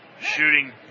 Shooting